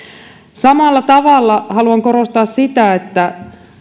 samalla tavalla haluan korostaa sitä että